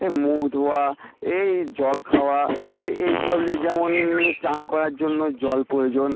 এই মুখ ধোয়া এই জল খাওয়া এই এইসব নিয়ে যেমন চান করার জন্য জল প্রয়োজন